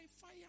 fire